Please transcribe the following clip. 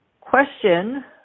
question